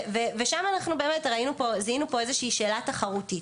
ושם אנחנו זיהינו איזושהי שאלה תחרותית